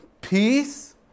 peace